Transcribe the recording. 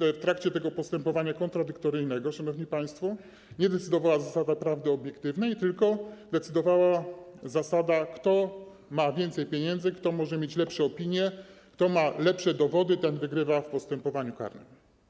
w trakcie tego postępowania kontradyktoryjnego, szanowni państwo, nie decydowała zasada prawdy obiektywnej, tylko decydowała zasada, kto ma więcej pieniędzy, kto może mieć lepsze opinie, kto ma lepsze dowody, ten wygrywa w postępowaniu karnym.